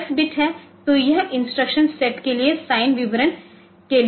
तो यह instruction set के लिए साइन विवरण के लिए है